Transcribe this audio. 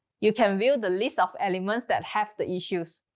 you can view the list of elements that have the issues.